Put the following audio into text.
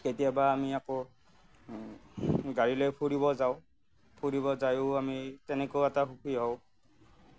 কেতিয়াবা আমি আকৌ গাড়ী লৈ ফুৰিব যাওঁ ফুৰিব যায়ো আমি তেনেকুৱা এটা সুখী হওঁ